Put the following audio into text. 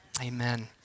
amen